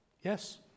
Yes